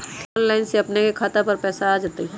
Online से अपने के खाता पर पैसा आ तई?